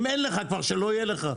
אם אין לך, כבר שלא יהיה לך,